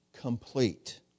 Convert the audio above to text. complete